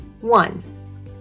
One